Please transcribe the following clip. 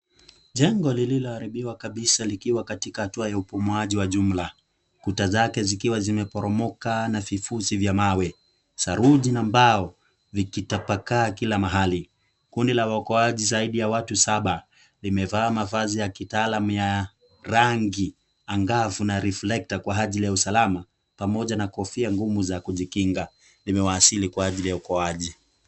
Jengo lililoharibiwa kabisa likiwa katika hatua ya ubomoaji wa jumla; kuta zake zikiwa zimebomoka na vifusi vya mawe saruji la mbao vikitapakaa kila mahali. Kundi la waokoaji zaidi ya watu saba limevaa mavazi ya kitaalamu ya rangi angavu na reflector kwa ajili ya usalama pamoja na kofia ngumu za kujikinga limewasili kwa ajili ya uokoaji.